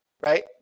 right